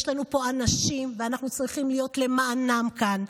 יש לנו פה אנשים, ואנחנו צריכים להיות למענם כאן.